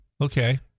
Okay